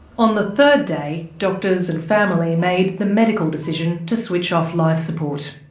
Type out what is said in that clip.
on the third day, doctors and family made the medical decision to switch off life support.